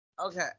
Okay